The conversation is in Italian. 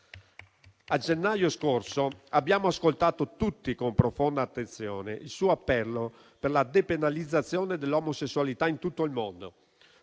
A gennaio scorso abbiamo ascoltato tutti con profonda attenzione il suo appello per la depenalizzazione dell'omosessualità in tutto il mondo.